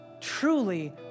truly